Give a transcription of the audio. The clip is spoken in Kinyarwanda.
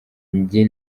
njye